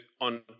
on